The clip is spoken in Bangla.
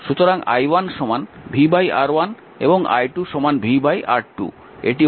সুতরাং i1 v R1 এবং i2 v R2